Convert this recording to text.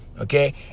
Okay